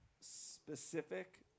specific